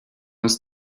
his